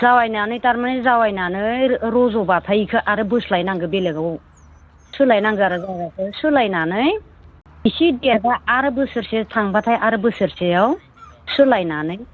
जावैनानै थारमाने जावैनानै रज'बाथाय बेखौ आरो बोस्लायनांगौ बेलेकआव सोलायनांगौ आरो जायगाखौ सोलायनानै इसे देरबा आरो बोसोरसे थांबाथाय आरो बोसोरसेयाव सोलायनानै